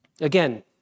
Again